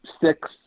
six